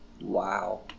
wow